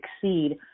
succeed